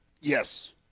Yes